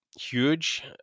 huge